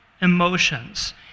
emotions